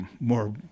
more